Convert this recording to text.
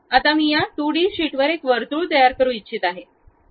आता मी या 2 डी शीटवर एक वर्तुळ तयार करू इच्छित आहे